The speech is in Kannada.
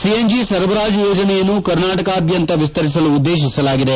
ಸಿಎನ್ಜಿ ಸರಬರಾಜು ಯೋಜನೆಯನ್ನು ಕರ್ನಾಟಕದಾದ್ಯಂತ ವಿಸ್ತರಿಸಲು ಉದ್ದೇಶಿಸಲಾಗಿದೆ